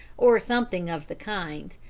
or something of the kind.